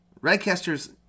RedCasters